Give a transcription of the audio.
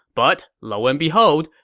but lo and behold,